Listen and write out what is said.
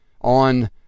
on